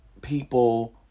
people